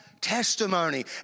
testimony